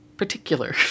Particular